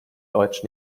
deutsch